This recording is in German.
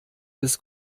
des